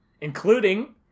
including